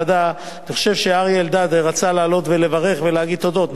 אני חושב שאריה אלדד רצה לעלות ולברך ולהגיד תודות,